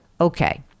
Okay